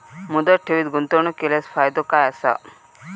मुदत ठेवीत गुंतवणूक केल्यास फायदो काय आसा?